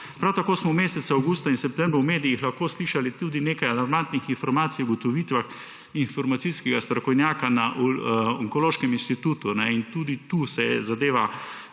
Prav tako smo v mesecu avgustu in septembru v medijih lahko slišali tudi nekaj alarmantnih informacij o ugotovitvah informacijskega strokovnjaka na Onkološkem inštitutu, in tudi tu se je zadeva